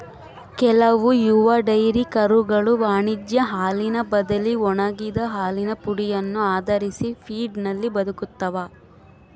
ಕೆಲವು ಯುವ ಡೈರಿ ಕರುಗಳು ವಾಣಿಜ್ಯ ಹಾಲಿನ ಬದಲಿ ಒಣಗಿದ ಹಾಲಿನ ಪುಡಿಯನ್ನು ಆಧರಿಸಿದ ಫೀಡ್ನಲ್ಲಿ ಬದುಕ್ತವ